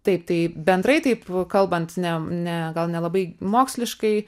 taip tai bendrai taip kalbant ne ne gal nelabai moksliškai